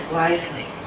wisely